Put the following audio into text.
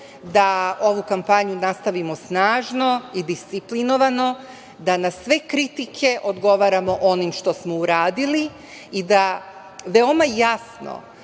da ovu kampanju nastavimo snažno i disciplinovano, da na sve kritike odgovaramo onim što smo uradili i da veoma jasno